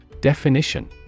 Definition